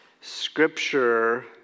scripture